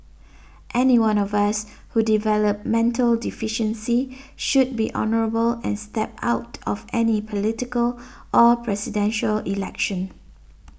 anyone of us who develop mental deficiency should be honourable and step out of any political or Presidential Election